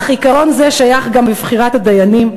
אך עיקרון זה שייך גם בבחירת הדיינים,